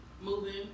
moving